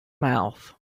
mouth